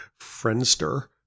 Friendster